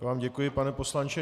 Já vám děkuji, pane poslanče.